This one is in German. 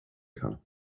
kann